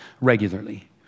regularly